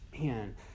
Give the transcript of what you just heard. Man